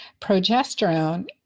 Progesterone